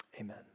amen